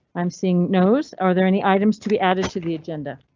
i'm seeing knows are there any items to be added to the agenda?